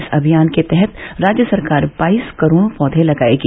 इस अभियान के तहत राज्य सरकार बाईस करोड़ पौधे लगाएगी